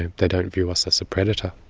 and they don't view us as a predator.